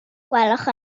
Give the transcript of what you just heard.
gwelwch